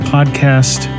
Podcast